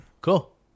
cool